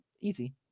easy